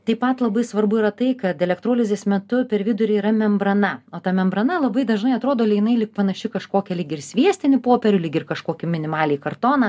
taip pat labai svarbu yra tai kad elektrolizės metu per vidurį yra membrana o ta membrana labai dažnai atrodo jinai lyg panaši kažkokią lyg ir sviestinį popierių lyg ir kažkokį minimaliai kartoną